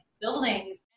buildings